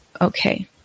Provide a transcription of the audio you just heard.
Okay